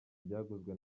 byaguzwe